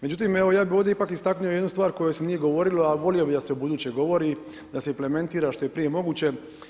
Međutim, evo ja bih ovdje ipak istaknuo jednu stvar o kojoj se nije govorilo, a volio bih da se u buduće govori, da se implementira što je prije moguće.